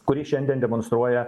kurį šiandien demonstruoja